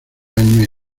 años